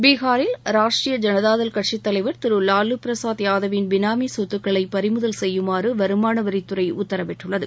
பீகாரில் ராஷ்டிரிய ஜனதா தள் கட்சி தலைவர் திரு லாலு பிரசாத் யாதவின் பினாமி சொத்துகளை பறிமுதல் செய்யுமாறு வருமானவரித் துறை உத்தரவிட்டுள்ளது